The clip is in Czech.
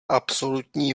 absolutní